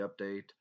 update